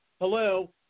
hello